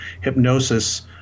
hypnosis